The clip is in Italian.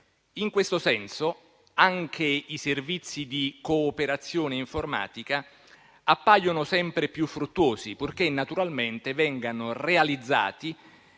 In questo senso, anche i servizi di cooperazione informatica appaiono sempre più fruttuosi, purché naturalmente vengano realizzati